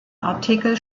artikel